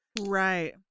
Right